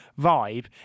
vibe